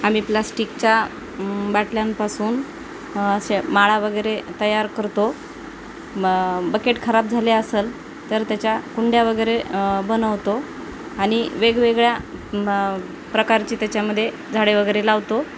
आम्ही प्लास्टिकच्या बाटल्यांपासून असे माळा वगैरे तयार करतो मग बकेट खराब झाले असंल तर त्याच्या कुंड्या वगैरे बनवतो आणि वेगवेगळ्या प्रकारचे त्याच्यामध्ये झाडे वगैरे लावतो